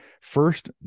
first